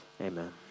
Amen